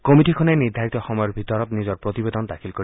কমিটীখনে নিৰ্ধাৰিত সময়ৰ ভিতৰত নিজৰ প্ৰতিবেদন দাখিল কৰিব